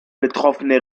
betroffene